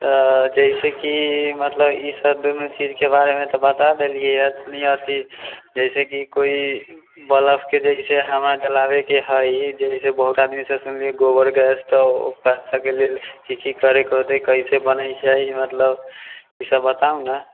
तऽ जइसेकि मतलब ईसब दूनू चीजके बारेमे तऽ बता देलिए एखन अथी जइसेकि कोइ बल्बके जइसे हवा डलाबैके हइ जइसेकि बहुत आदमीसँ सुनलिए गोबरगैस तऽ ओकरा लेल की की करैके होतै कइसे बने छै मतलब ईसब बताउ ने